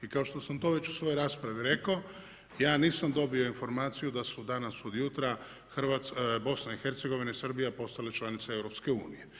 I kao što sam to već u svojoj raspravi rekao, ja nisam dobio informaciju da su danas od jutra BiH i Srbija postale članice EU.